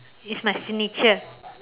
it's my signature